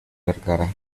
vergara